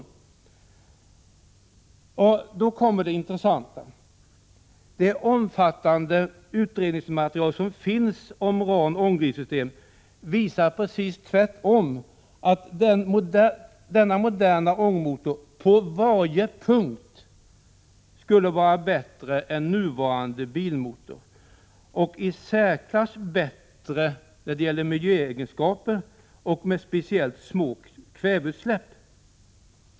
Och sedan kommer det intressanta: Det omfattande utredningsmaterial som finns om RAN-ångdrivsystemet visar tvärtom att denna moderna ångmotor på varje punkt skulle vara bättre än nuvarande bilmotor och i särklass ha bättre miljöegenskaper med speciellt små kväveutsläpp.